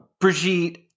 Brigitte